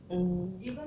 mm